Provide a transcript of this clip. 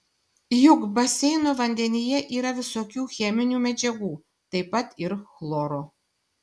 juk baseino vandenyje yra visokių cheminių medžiagų taip pat ir chloro